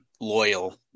loyal